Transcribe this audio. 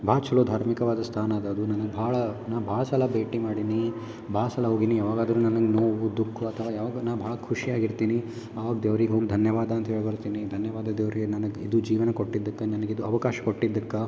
ಭಾಳ ಚಲೋ ಧಾರ್ಮಿಕವಾದ ಸ್ಥಾನ ಅದು ಅದು ನನಗೆ ಭಾಳ ನಾ ಭಾಳ ಸಲ ಭೇಟಿ ಮಾಡೀನಿ ಭಾಳ ಸಲ ಹೊಗೀನಿ ಯಾವಾಗಾದರು ನನಗೆ ನೋವು ದುಃಖ ಅಥವಾ ಯಾವಾಗ ನಾ ಭಾಳ ಖುಷಿಯಾಗಿರ್ತೀನಿ ಆವಾಗ ದೇವ್ರಿಗೊಂದು ಧನ್ಯವಾದ ಅಂತ ಹೇಳ್ಬರ್ತೀನಿ ಧನ್ಯವಾದ ದೇವರಿಗೆ ನನಗೆ ಇದು ಜೀವನ ಕೊಟ್ಟಿದಕ್ಕೆ ನನಗಿದು ಅವಕಾಶ ಕೊಟ್ಟಿದಕ್ಕೆ